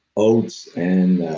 oats and